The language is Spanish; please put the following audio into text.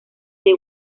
del